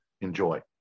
enjoy